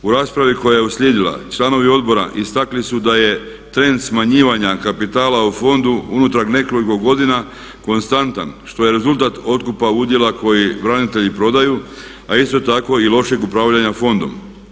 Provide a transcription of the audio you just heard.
U raspravi koja je uslijedila članovi odbora istakli su da je trend smanjivanja kapitala u fondu unutar nekoliko godina konstantan što je rezultat otkupa udjela koji branitelji prodaju, a isto tako i lošeg upravljanja fondom.